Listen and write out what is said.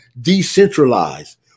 decentralized